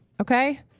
Okay